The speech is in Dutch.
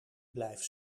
blijf